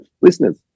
listeners